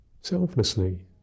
selflessly